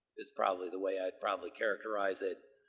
is probably the way i'd probably characterize it.